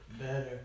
Better